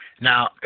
Now